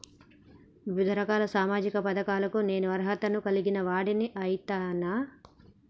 వివిధ రకాల సామాజిక పథకాలకు నేను అర్హత ను కలిగిన వాడిని అయితనా?